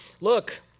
look